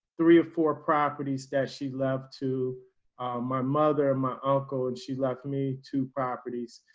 three or four properties that she loved to my mother, my uncle, and she left me two properties.